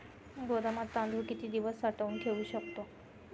गोदामात तांदूळ किती दिवस साठवून ठेवू शकतो?